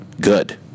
good